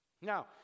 Now